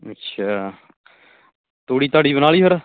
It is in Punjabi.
ਅੱਛਾ ਤੂੜੀ ਤਾੜੀ ਬਣਾ ਲਈ ਫਿਰ